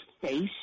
face